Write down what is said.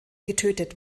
getötet